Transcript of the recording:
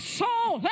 soul